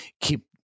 keep